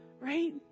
Right